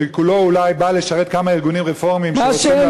שכולו אולי בא לשרת כמה ארגונים רפורמיים שרוצים לעבור דרך חיל חינוך.